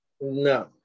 no